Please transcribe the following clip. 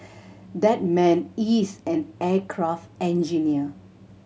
that man is an aircraft engineer